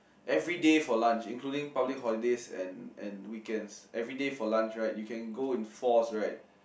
everyday for lunch including public holidays and and weekends every for lunch right you can go in fours right